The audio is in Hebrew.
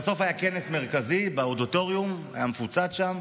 בסוף היה כנס מרכזי באודיטוריום, היה מפוצץ שם,